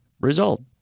result